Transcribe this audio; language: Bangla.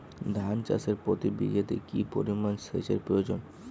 ধান চাষে প্রতি বিঘাতে কি পরিমান সেচের প্রয়োজন?